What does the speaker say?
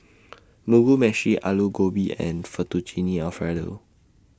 Mugi Meshi Alu Gobi and Fettuccine Alfredo